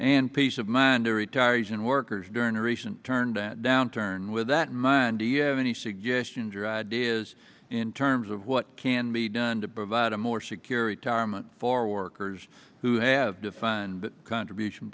and peace of mind to retirees and workers during a recent turned down turn with that mind do you have any suggestions or ideas in terms of what can be done to provide a more secure retirement for workers who have defined contribution